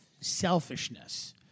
selfishness